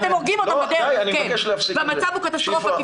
אתם הורגים אותם בדרך, כן, והמצב הוא קטסטרופה.